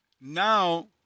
now